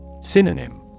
Synonym